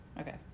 Okay